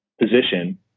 position